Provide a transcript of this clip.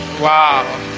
Wow